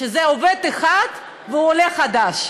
זה עובד אחד והוא עולה חדש.